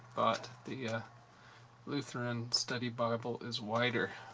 but the ah lutheran study bible is wider.